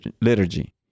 liturgy